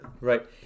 Right